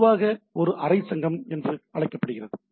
எனவே பொதுவாக ஒரு அரை சங்கம் என்றும் அழைக்கப்படுகிறது